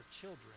children